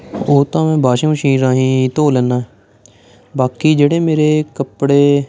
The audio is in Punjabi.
ਉਹ ਤਾਂ ਮੈਂ ਵਾਸ਼ਿੰਗ ਮਸ਼ੀਨ ਰਾਹੀਂ ਧੋ ਲੈਨਾ ਬਾਕੀ ਜਿਹੜੇ ਮੇਰੇ ਕੱਪੜੇ